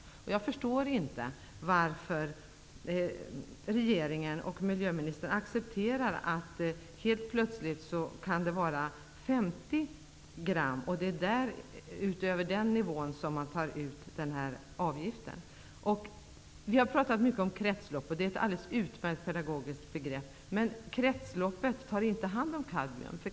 Jag förstår inte varför regeringen och miljöministern accepterar att det helt plötsligt kan innehålla 50 gram per ton. Det är kadmiuminnehåll som överstiger den nivån som avgiftsbeläggs. Vi har talat mycket om kretslopp, vilket är ett alldeles utmärkt pedagogiskt begrepp. Men kretsloppet tar inte hand om kadmium.